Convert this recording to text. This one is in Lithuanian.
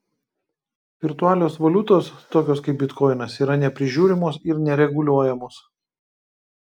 virtualios valiutos tokios kaip bitkoinas yra neprižiūrimos ir nereguliuojamos